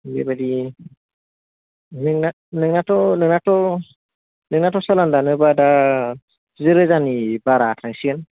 बेबायदि नोंना नोंनाथ' नोंनाथ' नोंनाथ' सालान दानोबा दा जि रोजानि बारा थांसिगोन